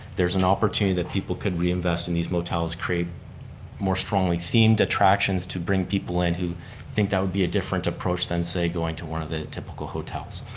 there's an opportunity that people could reinvest in these motels create more strongly themed attractions to bring people in who think that would be a different approach than say, going to one of the typical hotels.